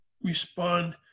respond